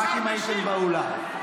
רק אם הייתם באולם.